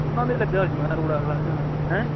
ਉਨ੍ਹਾਂ ਦੇ ਲੱਗਿਆ ਹੋਇਆ ਸੀ ਮੈਂ ਰੂੜਾ ਦੇ ਹੈਂ